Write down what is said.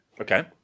Okay